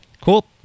Cool